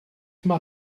mae